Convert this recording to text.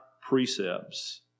precepts